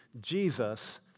Jesus